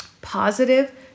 Positive